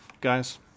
guys